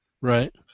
Right